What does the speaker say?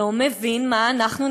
לא מבין מה אנחנו,